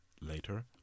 later